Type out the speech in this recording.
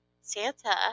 Santa